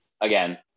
again